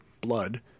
blood